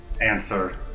answer